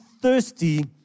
thirsty